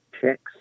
checks